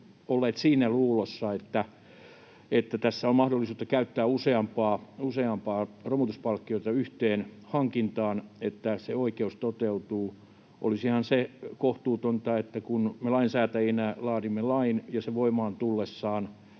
olleet siinä luulossa, että tässä on mahdollisuutta käyttää useampaa romutuspalkkiota yhteen hankintaan, se oikeus toteutuu. Olisihan se kohtuutonta, että kun me lainsäätäjinä laadimme lain ja se voimaan tullessaan